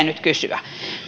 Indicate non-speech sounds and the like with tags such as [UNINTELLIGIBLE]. [UNINTELLIGIBLE] nyt kysyä